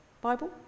Bible